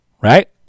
right